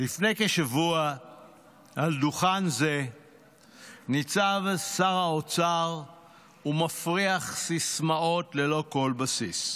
לפני כשבוע על דוכן זה ניצב שר האוצר והפריח סיסמאות ללא כל בסיס,